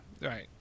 right